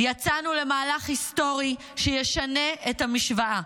"יצאנו למהלך היסטורי שישנה את המשוואה.